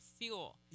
fuel